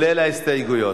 של קבוצת חד"ש.